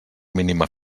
mínima